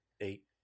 Eight